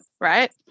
right